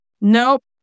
Nope